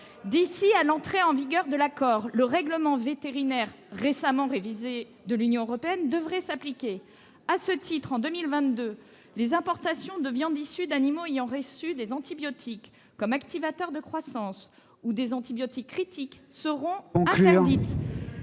D'ici à l'entrée en vigueur de l'accord, le règlement vétérinaire- récemment révisé -de l'Union européenne devrait s'appliquer. À ce titre, en 2022, les importations de viande issue d'animaux ayant reçu des antibiotiques comme activateurs de croissance ou des antibiotiques critiques seront interdites.